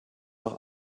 doch